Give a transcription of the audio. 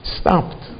stopped